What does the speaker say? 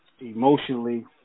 emotionally